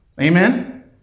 Amen